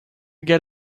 get